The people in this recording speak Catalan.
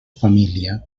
família